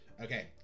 Okay